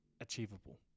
achievable